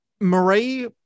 Marie